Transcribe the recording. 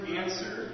answer